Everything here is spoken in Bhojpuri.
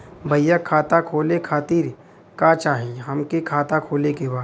भईया खाता खोले खातिर का चाही हमके खाता खोले के बा?